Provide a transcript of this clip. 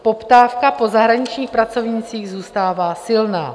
Poptávka po zahraničních pracovnících zůstává silná.